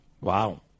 Wow